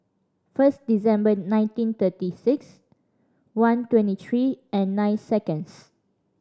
first December nineteen thirty six one twenty three and nine seconds